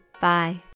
Bye